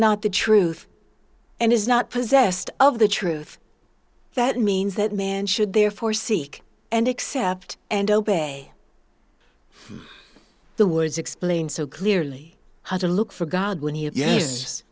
not the truth and is not possessed of the truth that means that man should therefore seek and accept and obey the words explain so clearly how to look for god when you